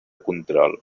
control